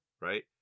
right